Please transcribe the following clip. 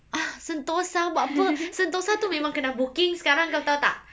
ah sentosa buat apa sentosa tu memang kena booking sekarang kau tahu tak